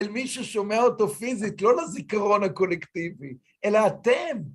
אל מי ששומע אותו פיזית, לא לזיכרון הקולקטיבי, אלא אתם.